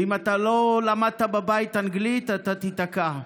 ואם לא למדת בבית אנגלית אתה תיתקע.